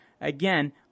Again